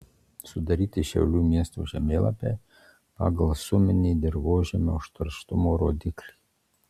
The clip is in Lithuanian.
sudaryti šiaulių miesto žemėlapiai pagal suminį dirvožemio užterštumo rodiklį